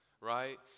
right